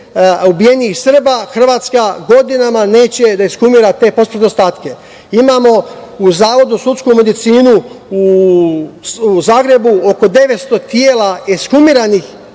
ubijenih Srba. Hrvatska godinama neće da ekshumira te posmrtne ostatke. Imamo u Zavodu za sudsku medicinu u Zagrebu oko 900 tela ekshumiranih